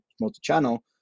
multi-channel